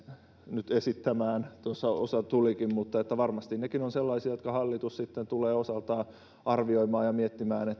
nyt esittämään tuossa osa tulikin mutta varmasti nekin ovat sellaisia jotka hallitus sitten tulee osaltaan arvioimaan ja miettimään